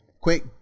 quick